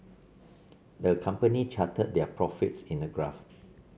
the company charted their profits in a graph